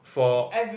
for